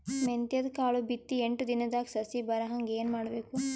ಮೆಂತ್ಯದ ಕಾಳು ಬಿತ್ತಿ ಎಂಟು ದಿನದಾಗ ಸಸಿ ಬರಹಂಗ ಏನ ಮಾಡಬೇಕು?